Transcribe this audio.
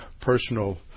personal